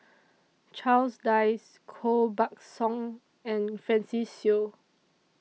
Charles Dyce Koh Buck Song and Francis Seow